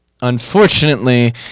unfortunately